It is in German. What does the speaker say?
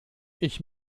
ich